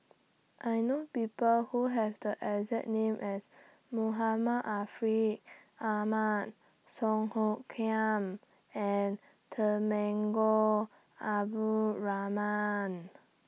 I know People Who Have The exact name as Muhammad Ahmad Song Hoot Kiam and Temenggong Abdul Rahman